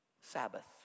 Sabbath